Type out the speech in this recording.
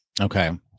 Okay